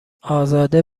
ازاده